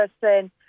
person